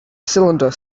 cylinder